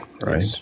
right